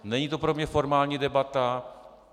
Není to pro mě formální debata.